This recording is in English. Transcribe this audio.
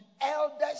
elders